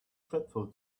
dreadful